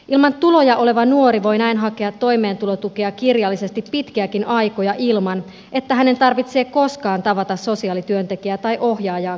ilman tuloja oleva nuori voi näin hakea toimeentulotukea kirjallisesti pitkiäkin aikoja ilman että hänen tarvitsee koskaan tavata sosiaalityöntekijää tai ohjaajaa kasvotusten